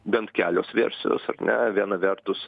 bent kelios versijos ar ne viena vertus